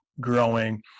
growing